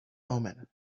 omen